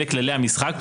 אלה כללי המשחק.